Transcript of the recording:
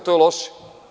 To je loše.